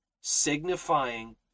Signifying